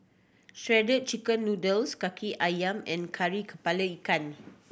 Shredded Chicken Noodles Kaki Ayam and kari ikan